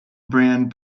brand